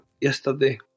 yesterday